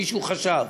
אם מישהו חשב.